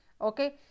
okay